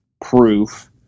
proof